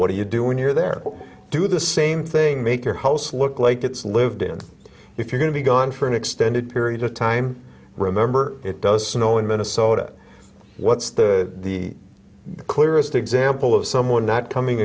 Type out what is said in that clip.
what do you do when you're there or do the same thing make your house look like it's lived in if you're going to be gone for an extended period of time remember it does snow in minnesota what's the the clearest example of someone not coming